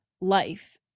life